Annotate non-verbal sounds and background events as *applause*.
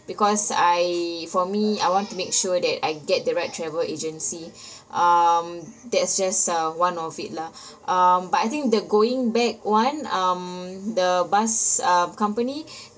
because I for me I want to make sure that I get the right travel agency *breath* um that's just uh one of it lah *breath* um but I think the going back one um the bus uh company *breath*